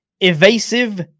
evasive